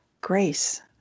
Grace